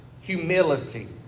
Humility